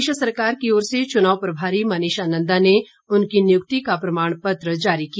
प्रदेश सरकार की ओर से चुनाव प्रभारी मनीषा नंदा ने उनकी नियुक्ति का प्रमाण पत्र जारी किया